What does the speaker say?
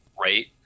right